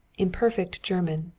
in perfect german,